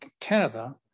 Canada